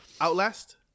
Outlast